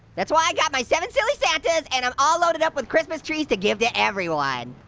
that's why i got my seven silly santas and i'm all loaded up with christmas trees to give to everyone.